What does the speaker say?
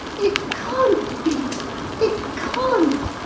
it can't be it can't!